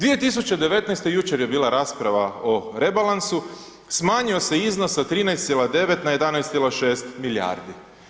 2019., jučer je bila rasprava o rebalansu, smanjio se iznos sa 13,9 na 11,6 milijardi.